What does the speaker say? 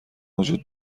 وجود